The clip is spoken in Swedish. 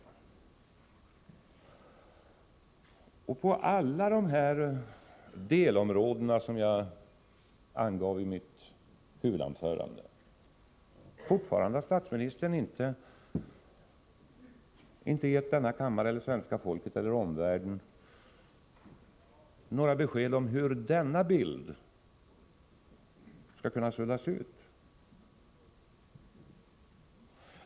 I fråga om alla dessa delområden som jag angav i mitt huvudanförande har statsministern fortfarande inte gett denna kammare eller svenska folket eller omvärlden några besked om hur denna bild skall kunna suddas ut.